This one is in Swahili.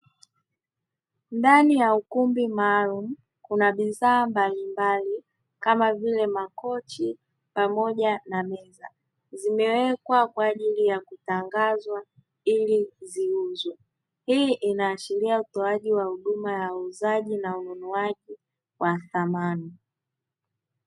Ndani ya ukumbi maalum, kuna bidhaa mbalimbali kama vile makochi pamoja na meza, zimewekwa kwaajili ya kutangazwa ili ziuzwe. Hii inaashiria utolewaji wa huduma ya uuzaji na ununuzi wa samani.